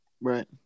right